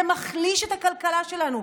וזה מחליש את הכלכלה שלנו,